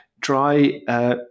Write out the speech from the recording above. try